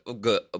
good